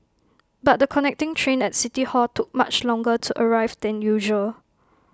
but the connecting train at city hall took much longer to arrive than usual